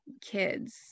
kids